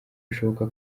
bishoboka